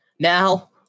Now